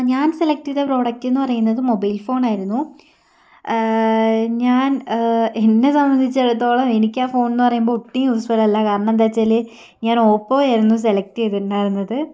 ഞാൻ സെലക്റ്റ് ചെയ്ത പ്രൊഡക്റ്റെന്ന് പറയുന്നത് മൊബൈൽ ഫോണായിരുന്നു ഞാൻ എന്നെ സംബന്ധിച്ചിടത്തോളം എനിക്കാ ഫോൺ എന്ന് പറയുമ്പോൾ ഒട്ടും യൂസ്ഫുൾ അല്ല കാരണം എന്താച്ചാല് ഞാൻ ഓപ്പോയായിരുന്നു സെലക്റ്റ് ചെയ്തിട്ടുണ്ടായിരുന്നത്